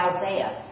Isaiah